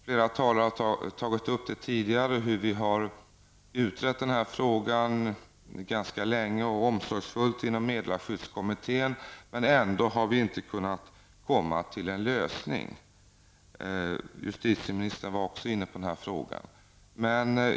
Flera talare har tidigare tagit upp att vi har utrett den här frågan ganska länge och omsorgsfullt inom meddelarskyddskommittén. Men ändå har vi inte kunnat komma fram till en lösning. Justitieministern var också inne på den här frågan.